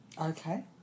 Okay